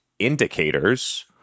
indicators